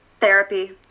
therapy